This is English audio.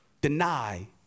Deny